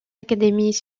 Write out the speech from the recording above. académies